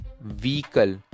vehicle